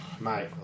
Mate